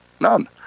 None